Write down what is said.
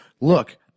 look